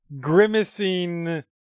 grimacing